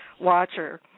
watcher